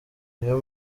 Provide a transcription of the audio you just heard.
niyo